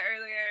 earlier